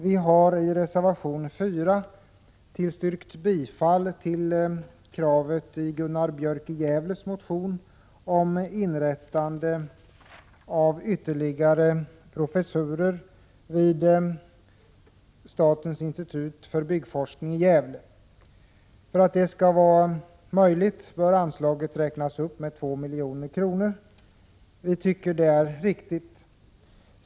Vi har i reservation 4 tillstyrkt bifall till kravet i Gunnar Björks i Gävle motion om inrättande av ytterligare professurer vid statens institut för byggforskning i Gävle. För att det skall vara möjligt bör anslaget räknas upp med 2 milj.kr. Vi tycker att det är riktigt.